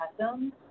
customs